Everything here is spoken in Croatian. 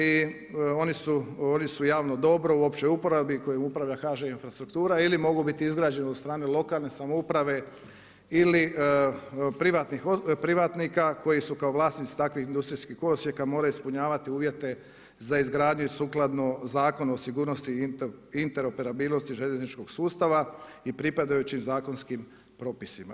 I oni su javno dobro u općoj uporabi kojom upravlja HŽ infrastruktura ili mogu biti izgrađeni od strane lokalne samouprave ili privatnika koji su kao vlasnici takvih industrijskih kolosijeka moraju ispunjavati uvjete za izgradnju i sukladno Zakonu o sigurnosti i interoperabilnosti željezničkog sustava i pripadajućim zakonskim propisima.